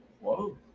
Whoa